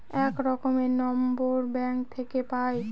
এক রকমের number bank থাকে পাই